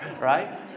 Right